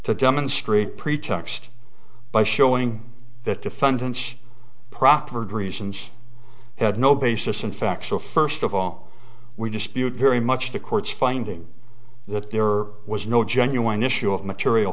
to demonstrate pretext by showing that defendants proctored reasons had no basis in fact so first of all we dispute very much the court's finding that there was no genuine issue of material